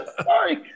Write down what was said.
sorry